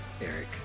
Eric